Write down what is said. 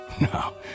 No